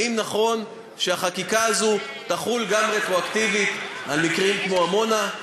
האם נכון שהחקיקה הזאת תחול גם רטרואקטיבית על מקרים כמו עמונה.